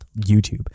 YouTube